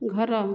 ଘର